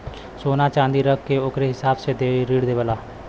सोना च्नादी रख के ओकरे हिसाब से ऋण देवेला